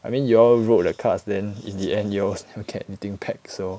I mean you all wrote the cards then in the end you all also never get anything back so